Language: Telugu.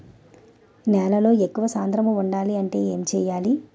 నేలలో ఎక్కువ సాంద్రము వుండాలి అంటే ఏంటి చేయాలి?